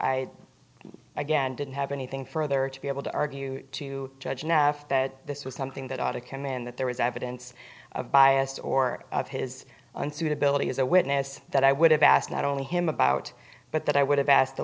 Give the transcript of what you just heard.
i again didn't have anything further to be able to argue to judge enough that this was something that ought to come in that there was evidence of bias or of his unsuitability as a witness that i would have asked not only him about but that i would have asked the